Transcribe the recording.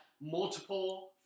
multiple